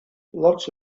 lots